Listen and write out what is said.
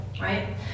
right